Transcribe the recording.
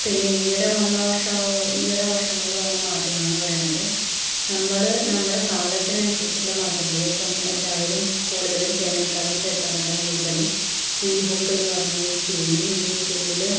പിന്നെ ഈയിടെ വന്നവർഷം ഈയിടെ വർഷങ്ങളിൽ വന്ന മാറ്റങ്ങൾ എന്ന് പറയണത് നമ്മൾ നമ്മുടെ കാലത്തിനനുസരിച്ചുള്ള മാറ്റങ്ങൾ ഇപ്പം എല്ലാവരും കൂടുതലും പേനയെക്കാളും പേപ്പറിനെക്കാളും കൂടുതൽ ഇ ബുക്ക് എന്ന് പറഞ്ഞ് യൂസ് ചെയ്യുന്ന ഇ ബുക്കിൽ